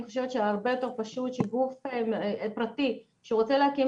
אני חושבת שהרבה יותר פשוט שגוף פרטי שרוצה להקים